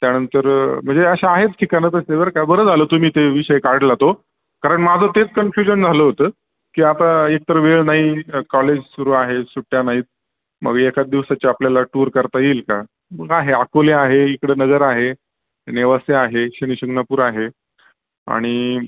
त्यानंतर म्हणजे अशी आहेत ठिकाणं कसं आहे बर का बरं झालं तुम्ही ते विषय काढला तो कारण माझं तेच कन्फ्युजन झालं होतं की आता एकतर वेळ नाही कॉलेज सुरू आहे सुट्ट्या नाहीत मग एखाद दिवसाची आपल्याला टूर करता येईल का मग आहे अकोले आहे इकडं नगर आहे नेवासे आहे शनिशिंगणापूर आहे आणि